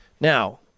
now